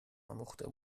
آموخته